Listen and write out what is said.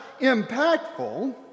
impactful